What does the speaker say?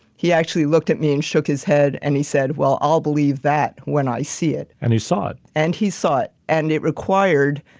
he actually looked at me and shook his head and he said, well, i'll believe that when i see it. and he saw it lam and he saw it, and it required,